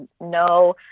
no